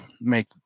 make